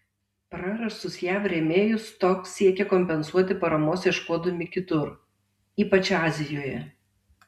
prarastus jav rėmėjus tok siekė kompensuoti paramos ieškodami kitur ypač azijoje